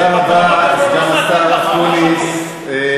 זה פטרנליסטי.